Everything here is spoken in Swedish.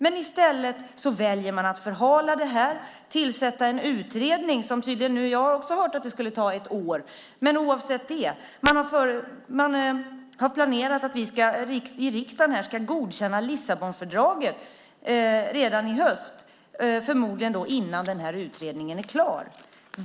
Men i stället väljer man att förhala det här och tillsätta en utredning. Jag har också hört att det skulle ta ett år, men oavsett det har man planerat att vi i riksdagen ska godkänna Lissabonfördraget redan i höst, förmodligen innan utredningen är klar.